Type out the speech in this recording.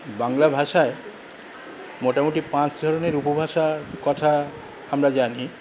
বাংলা ভাষায় মোটামুটি পাঁচ ধরনের উপভাষার কথা আমরা জানি